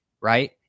right